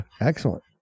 excellent